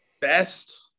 best